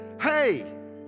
hey